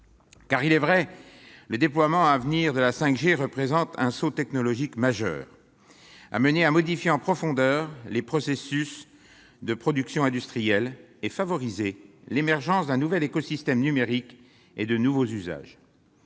travail collectif. Le déploiement à venir de la 5G représente un saut technologique majeur susceptible de modifier en profondeur les processus de production industrielle et de favoriser l'émergence d'un nouvel écosystème numérique et de nouveaux usages.